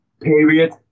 period